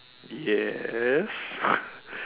yes